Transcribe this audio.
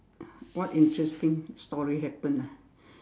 what interesting story happened ah